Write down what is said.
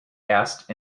asked